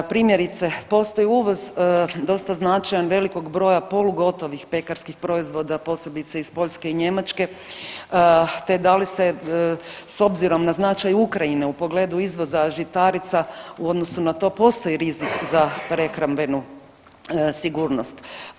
Primjerice, postoji uvoz dosta značajan velikog broja polugotovih pekarskih proizvoda posebice iz Poljske i Njemačke te da li se s obzirom na značaj Ukrajine u pogledu izvoza žitarica u odnosu na to postoji rizik za prehrambenu sigurnost.